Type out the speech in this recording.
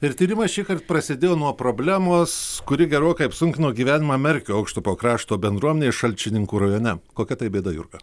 ir tyrimas šįkart prasidėjo nuo problemos kuri gerokai apsunkino gyvenimą merkio aukštupio krašto bendruomenei šalčininkų rajone kokia tai bėda jurga